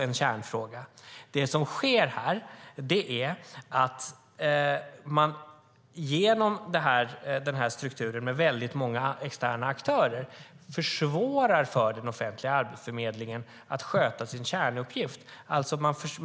En kärnfråga är att man genom strukturen med väldigt många externa aktörer försvårar för den offentliga arbetsförmedlingen att sköta sin kärnuppgift.